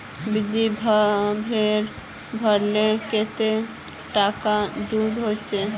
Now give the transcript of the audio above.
बिजली बिल भरले कतेक टाका दूबा होचे?